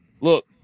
look